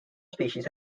species